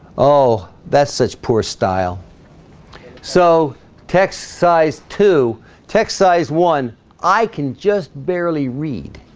oh? that's such poor style so text size to text size one i can just barely read